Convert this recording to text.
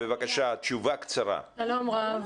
שלום רב,